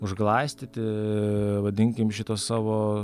užglaistyti vadinkim šito savo